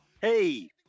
Hey